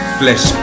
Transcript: flesh